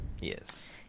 Yes